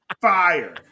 fire